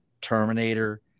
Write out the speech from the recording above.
Terminator